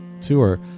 tour